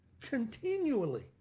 continually